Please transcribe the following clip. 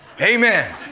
Amen